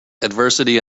adversity